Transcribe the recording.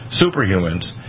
superhumans